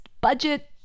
budget